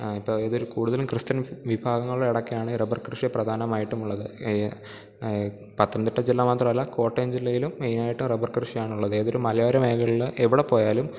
ഇപ്പം ഇതിൽ കൂടുതലും ക്രിസ്ത്യൻ വിഭാഗങ്ങളുടെയിടയ്ക്കാണ് ഈ റബർ കൃഷി പ്രധാനമായിട്ടുമുള്ളത് പത്തനംതിട്ട ജില്ല മാത്രമല്ല കോട്ടയം ജില്ലയിലും മെയിനായിട്ട് റബർ കൃഷിയാണുള്ളത് ഏതൊരു മലയോരമേഖലകളിൽ എവിടെ പോയാലും